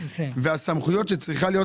והסמכויות שצריכות להיות,